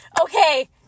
Okay